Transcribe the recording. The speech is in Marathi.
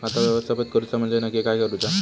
खाता व्यवस्थापित करूचा म्हणजे नक्की काय करूचा?